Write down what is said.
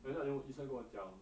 then 那个医生跟我讲